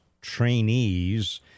trainees